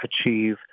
achieve